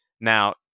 Now